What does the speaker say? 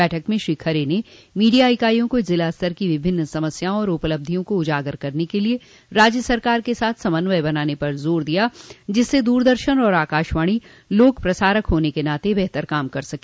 बैठक में श्री खरे ने मीडिया इकाईयों को जिला स्तर की विभिन्न समस्याओं और उपलब्धियों को उजागर करने के लिये राज्य सरकार के साथ समन्वय बनाने पर जोर दिया जिससे दूरदर्शन और आकाशवाणी लोक प्रसारक होने के नाते बेहतर काम कर सके